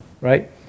right